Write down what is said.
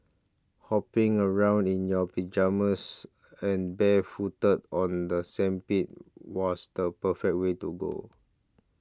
hopping around in your pyjamas and barefooted on the sandpit was the perfect way to go